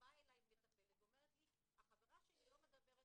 באה אלי מטפלת ואומרת לי החברה שלי לא מדברת